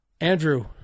Andrew